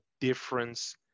difference